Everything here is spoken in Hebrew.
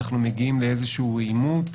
מגיעים לאיזשהו עימות,